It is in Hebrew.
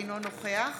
אינו נוכח